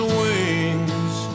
wings